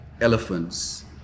elephants